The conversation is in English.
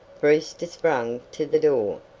brewster sprang to the door.